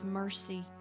mercy